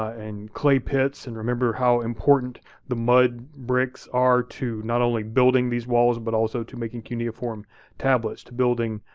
and clay pits, and remember how important the mud bricks are to not only building these walls, but also to making cuneiform tablets, to building